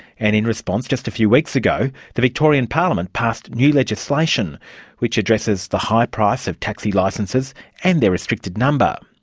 and in response just a few weeks ago the victorian parliament passed new legislation which addresses the high price of taxi licences and their restricted number.